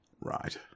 Right